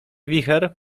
wicher